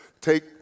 take